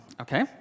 Okay